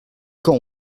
quand